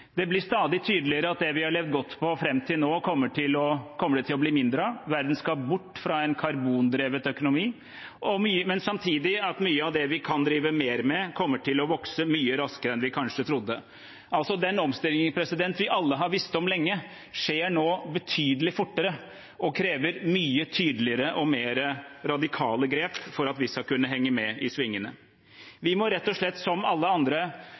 Det blir stadig tydeligere at det vi har levd godt på fram til nå, kommer det til å bli mindre av. Verden skal bort fra en karbondrevet økonomi, men samtidig kommer mye av det vi kan drive mer med, til å vokse mye raskere enn vi kanskje trodde. Den omstillingen vi alle har visst om lenge, skjer nå betydelig fortere og krever mye tydeligere og mer radikale grep for at vi skal kunne henge med i svingene. Vi må rett og slett, som alle andre